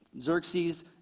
Xerxes